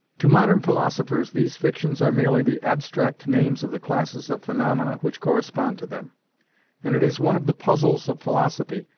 to modern philosophers these fictions are merely the abstract names of the classes of phaenomena which correspond to them and it is one of the puzzles of philosophy,